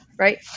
right